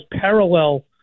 parallel